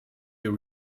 you